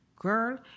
girl